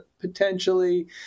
potentially